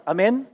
Amen